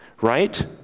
right